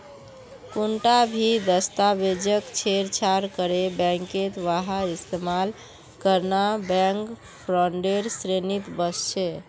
कुंटा भी दस्तावेजक छेड़छाड़ करे बैंकत वहार इस्तेमाल करना बैंक फ्रॉडेर श्रेणीत वस्छे